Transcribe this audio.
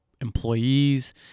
employees